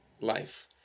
life